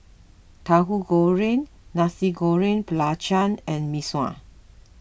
Tahu Goreng Nasi Goreng Belacan and Mee Sua